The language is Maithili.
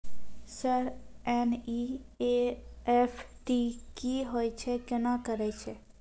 सर एन.ई.एफ.टी की होय छै, केना करे छै?